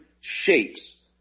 shapes